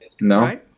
No